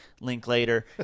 Linklater